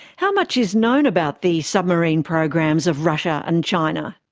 how much is known about the submarine programs of russia and china?